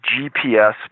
GPS